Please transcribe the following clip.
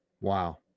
Wow